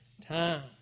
Time